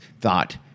thought